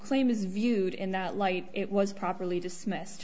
claim is viewed in that light it was properly dismissed